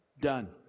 done